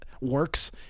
works